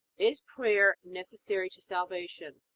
is prayer necessary to salvation?